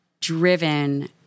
driven